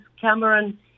Cameron